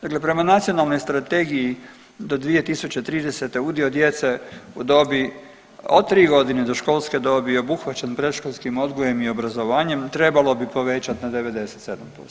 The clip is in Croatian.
Dakle, prema Nacionalnoj strategiji do 2030. udio djece u dobi od tri godine do školske dobi obuhvaćen predškolskim odgojem i obrazovanje trebalo bi povećati na 97%